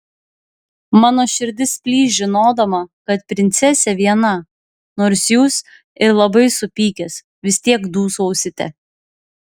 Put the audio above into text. mano širdis plyš žinodama kad princesė viena nors jūs ir labai supykęs vis tiek dūsausite